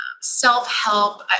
self-help